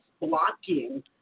blocking